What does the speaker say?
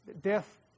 death